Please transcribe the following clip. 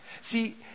See